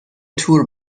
تور